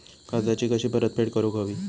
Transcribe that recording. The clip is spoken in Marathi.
कर्जाची कशी परतफेड करूक हवी?